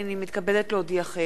הנני מתכבדת להודיעכם,